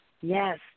yes